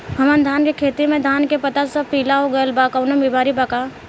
हमर धान के खेती में धान के पता सब पीला हो गेल बा कवनों बिमारी बा का?